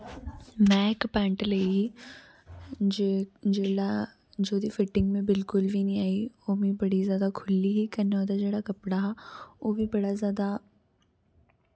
में इक पैंट लेई ही जे जिल्लै जुदी फिटिंग मिगी बिलकुल वी निं आई ओह् मिगी बड़ी जैदा खुल्ली ही कन्नै उ'दा जेह्ड़ा कपड़ा हा ओह् वी बड़ा जैदा